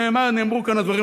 נאמרו כאן הדברים,